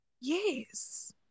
Yes